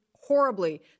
horribly